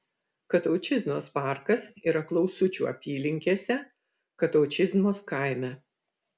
kataučiznos parkas yra klausučių apylinkėse kataučiznos kaime